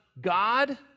God